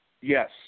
Yes